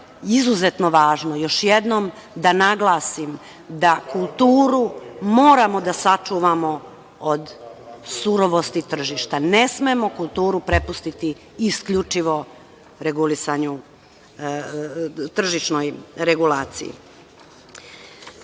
izuzetno važno, još jednom da naglasim, da kulturu moramo da sačuvamo od surovosti tržišta. Ne smemo kulturu prepustiti isključivo tržišnoj regulaciji. Potrebna